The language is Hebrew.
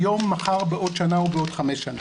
היום, מחר, בעוד שנה או בעוד חמש שנים.